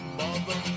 mother